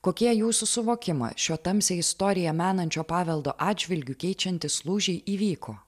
kokie jūsų suvokimą šio tamsią istoriją menančio paveldo atžvilgiu keičiantys lūžiai įvyko